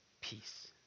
peace